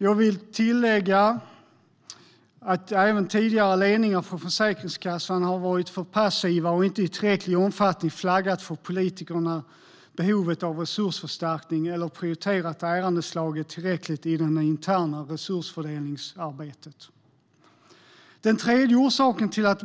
Jag vill tillägga att även tidigare ledningar för Försäkringskassan har varit för passiva och inte i tillräcklig omfattning flaggat för politikerna om behovet av resursförstärkning eller prioriterat ärendeslaget tillräckligt i det interna resursfördelningsarbetet. Den tredje orsaken till att